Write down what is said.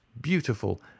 beautiful